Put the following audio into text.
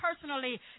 personally